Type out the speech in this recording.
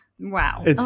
Wow